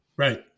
Right